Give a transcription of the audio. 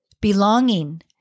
belonging